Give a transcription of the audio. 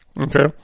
Okay